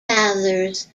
mathers